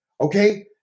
okay